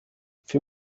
für